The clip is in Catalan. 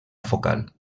focal